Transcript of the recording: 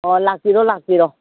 ꯑꯣ ꯂꯥꯛꯄꯤꯔꯣ ꯂꯥꯛꯄꯤꯔꯣ